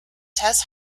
tess